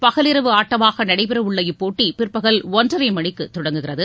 பகலிரவு ஆட்டமாக நடைபெறவுள்ள இப்போட்டி பிற்பகல் ஒன்றரை மணிக்கு தொடங்குகிறது